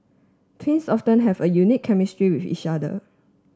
twins often have a unique chemistry with each other